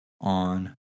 on